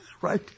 right